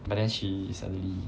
but then she suddenly